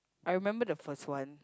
I remember the first one